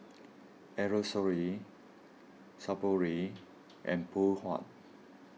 Aerosoles Sephora and Phoon Huat